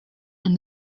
and